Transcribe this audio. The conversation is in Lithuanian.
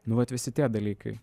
nu vat visi tie dalykai